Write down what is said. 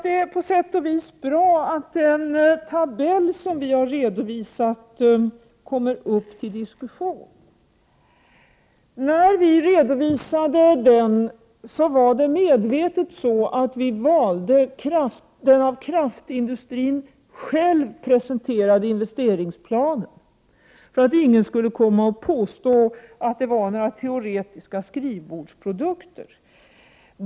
Det är på sätt och vis bra att den tabell som vi har redovisat nu kommer upp till diskussion. När vi redovisade den valde vi medvetet den av kraftindustrin presenterade investeringsplanen för att ingen skulle komma och påstå att det var några teoretiska skrivbordsprodukter.